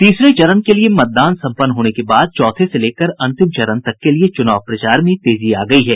तीसरे चरण के लिए मतदान सम्पन्न होने के बाद चौथे से लेकर अंतिम चरण तक के लिए चूनाव प्रचार में तेजी आ गयी है